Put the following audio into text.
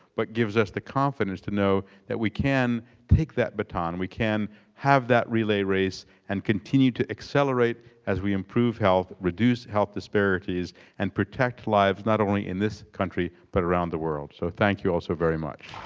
but gives us the confidence to know that we can take that baton, we can have that relay race and continue to accelerate as we improve health, reduce health disparities and protect lives not only in this country but around the world. so thank you all so very much.